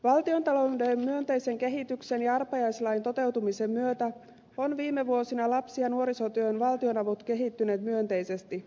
valtiontalouden myönteisen kehityksen ja arpajaislain toteutumisen myötä ovat viime vuosina lapsi ja nuorisotyön valtionavut kehittyneet myönteisesti